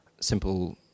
simple